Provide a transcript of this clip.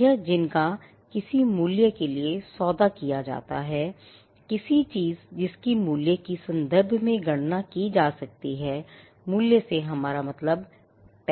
या जिनका किसी मूल्य के लिए सौदा किया जाता हैकिसी चीज़ जिसकी मूल्य के संदर्भ में गणना की जा सकती है मूल्य से हमारा मतलब पैसा होता है